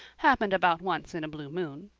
happened about once in a blue moon.